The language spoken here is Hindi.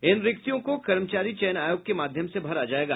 इन रिक्तियों को कर्मचारी चयन आयोग के माध्यम से भरा जायेगा